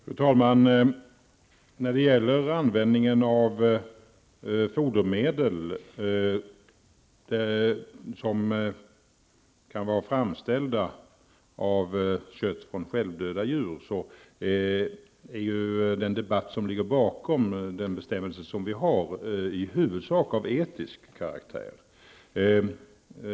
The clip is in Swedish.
Fru talman! När det gäller användningen av fodermedel som kan vara framställda av kött från självdöda djur är ju den debatt som ligger bakom den bestämmelse som vi har i huvudsak av etisk karaktär.